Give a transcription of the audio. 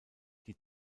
die